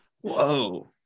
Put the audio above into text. Whoa